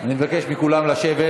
אני מבקש מכולם לשבת.